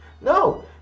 no